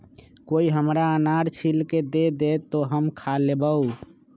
कोई हमरा अनार छील के दे दे, तो हम खा लेबऊ